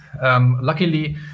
Luckily